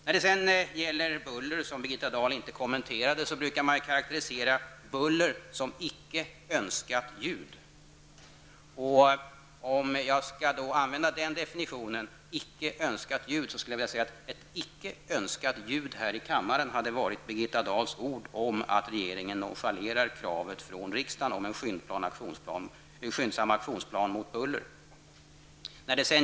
Birgitta Dahl kommenterade inte frågan om buller. Buller karakteriseras som ''icke önskat ljud''. Om jag skall använda den definitionen vill jag säga att ett ''icke önskat ljud'' här i kammaren är Birgitta Dahls ord om att regeringen nonchalerar kravet från riksdagen om en skyndsam aktionsplan mot buller.